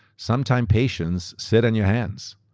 sometimes, patience sits in your hands.